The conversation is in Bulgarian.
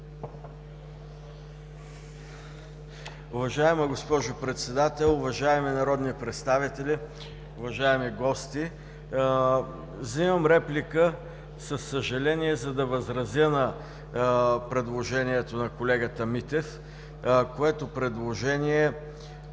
Уважаема госпожо Председател, уважаеми народни представители, уважаеми гости! Взимам реплика, със съжаление, за да възразя на предложението на колегата Митев, което, вярно е, беше